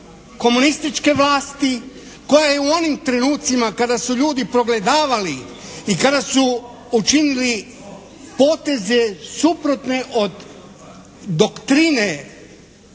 komunističke vlasti koja je u onim trenucima kada su ljudi progledavali i kada su učinili poteze suprotne od doktrine tadašnje